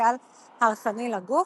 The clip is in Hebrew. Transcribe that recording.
פוטנציאל הרסני לגוף,